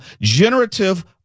generative